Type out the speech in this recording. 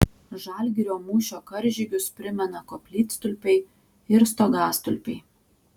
žalgirio mūšio karžygius primena koplytstulpiai ir stogastulpiai